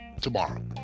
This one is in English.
tomorrow